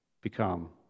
become